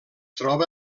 troba